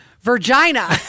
Virginia